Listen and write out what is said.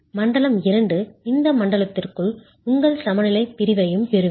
மண்டலம் 2 இந்த மண்டலத்திற்குள் உங்கள் சமநிலைப் பிரிவையும் பெறுவீர்கள்